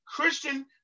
Christian